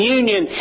union